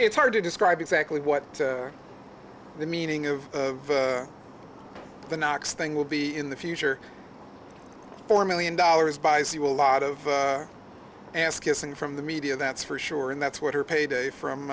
it's hard to describe exactly what the meaning of the next thing will be in the future four million dollars buys you a lot of ass kissing from the media that's for sure and that's what her payday from